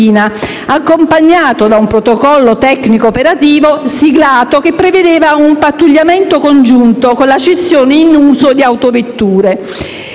accompagnato da un protocollo tecnico-operativo siglato che prevedeva un pattugliamento congiunto con la cessione in uso di motovedette